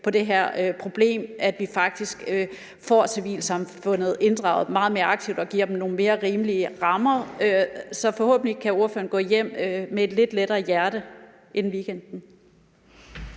på det her problem, at vi faktisk får civilsamfundet inddraget meget mere aktivt og giver dem mere rimelige rammer. Så forhåbentlig kan ordføreren inden weekenden gå hjem med et lidt lettere hjerte. Kl.